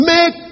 Make